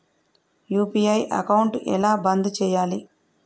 UPI account ఎలా బంద్ చేయాలి?